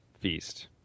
feast